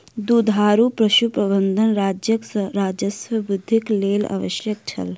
दुधारू पशु प्रबंधन राज्यक राजस्व वृद्धिक लेल आवश्यक छल